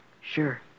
sure